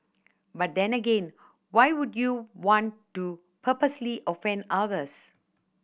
but then again why would you want to purposely offend others